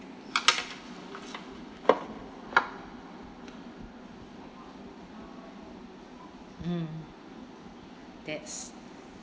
mm that's